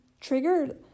triggered